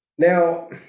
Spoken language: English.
Now